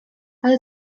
ale